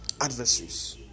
adversaries